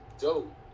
dope